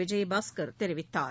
விஜயபாஸ்கர் தெரிவித்தார்